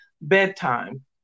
bedtime